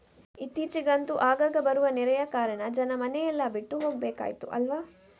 ಇತ್ತೀಚಿಗಂತೂ ಆಗಾಗ ಬರುವ ನೆರೆಯ ಕಾರಣ ಜನ ಮನೆ ಎಲ್ಲ ಬಿಟ್ಟು ಹೋಗ್ಬೇಕಾಯ್ತು ಅಲ್ವಾ